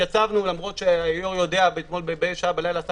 התייצבנו למרות שהיו"ר יודע אתמול בלילה במה עסקנו,